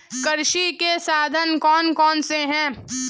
कृषि के साधन कौन कौन से हैं?